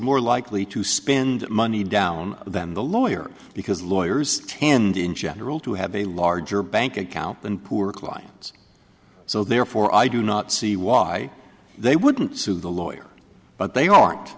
more likely to spend money down than the lawyer because lawyers tend in general to have a larger bank account than poor clients so therefore i do not see why they wouldn't sue the lawyer but they aren't